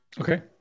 okay